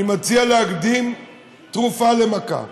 אני מציע להקדים תרופה למכה.